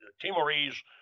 Timorese